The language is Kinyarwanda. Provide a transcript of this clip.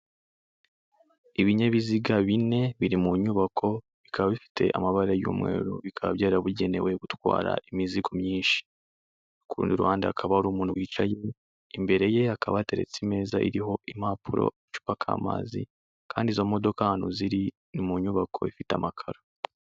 Ibinyabiziga bine biri mu nyubako, bikaba bifite amabara y'umweru bikaba byarabugenewe gutwara imizigo myinshi, ku rundi ruhande akaba hari umuntu wicaye, imbere ye hakaba hateretse imeza iriho impapuro, agacupaka k'amazi kandi izo modoka ahantu ziri mu nyubako ifite amakara.